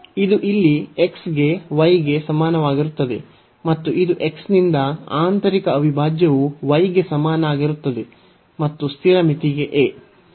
ಇದು ಇಲ್ಲಿ x ಗೆ y ಗೆ ಸಮನಾಗಿರುತ್ತದೆ ಮತ್ತು ಇದು x ನಿಂದ ಆಂತರಿಕ ಅವಿಭಾಜ್ಯವು y ಗೆ ಸಮನಾಗಿರುತ್ತದೆ ಮತ್ತು ಸ್ಥಿರ ಮಿತಿಗೆ a